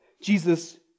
Jesus